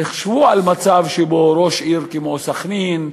תחשבו על מצב שבו ראש עיר כמו סח'נין,